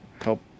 help